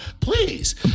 Please